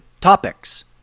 topics